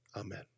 amen